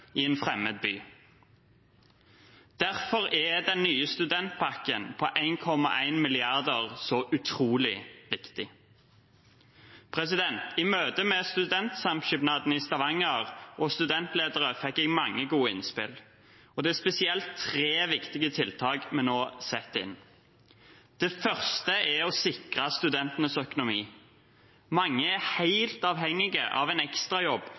i en fremmed by. Derfor er den nye studentpakken på 1,1 mrd. kr så utrolig viktig. I møte med Studentsamskipnaden i Stavanger og studentledere fikk jeg mange gode innspill, og det er spesielt tre viktige tiltak vi nå setter inn. Det første er å sikre studentenes økonomi. Mange er helt avhengige av en